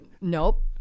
Nope